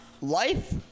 life